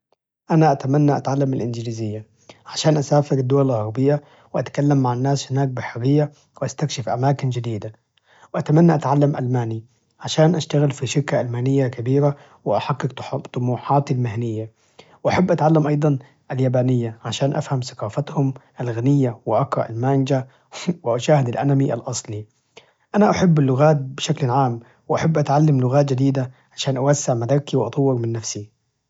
أنا أتمنى أتعلم الإنجليزية عشان أسافر الدول الغربية وأتكلم مع الناس هناك بحرية واستكشف أماكن جديدة، وأتمنى أتعلم ألماني عشان أشتغل في شكة ألمانية كبيرة وأحقق طموحاتي المهنية، وأحب أتعلم أيضا اليابانية عشان أفهم ثقافتهم الغنية واقرأ المانجا وأشاهد الأنمي الأصلي، أنا أحب اللغات بشكل عام، وأحب أتعلم لغات جديدة عشان أوسع مداركي وأطور من نفسي.